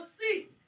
see